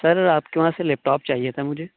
سر آپ کے وہاں سے لیپ ٹاپ چاہیے تھا مجھے